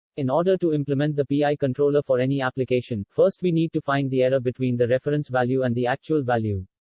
in order to implement the pi ah controller for any application, first we need to find the error between the reference value and the actual value.